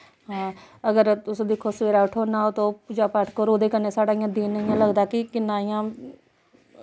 अगर तुस दिक्खो सवेरै उट्ठो न्हाओ धो पूजा पाठ करो उदे कन्नै साढ़ा इ'यां दिन इ'यां लगदा कि किन्ना इ'यां